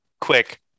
quick